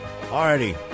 Alrighty